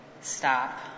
stop